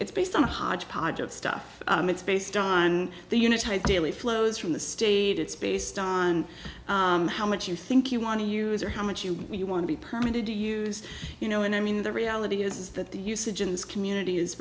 it's based on a hodgepodge of stuff it's based on the unit ideally flows from the state it's based on how much you think you want to use or how much you you want to be permitted to use you know and i mean the reality is is that the usage in this community is